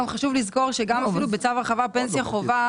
גם חשוב לזכור שגם אפילו בצו הרחבת פנסיה חובה